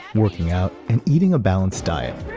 working out and eating a balanced diet.